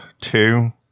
two